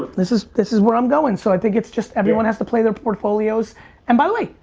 this is, this is where i'm going so i think it's just, everyone has to play their portfolios and, by the way,